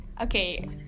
Okay